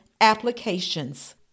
applications